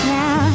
now